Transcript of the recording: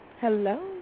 Hello